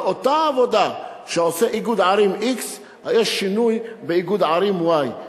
על אותה עבודה שעושה איגוד ערים x יש שינוי באיגוד ערים y.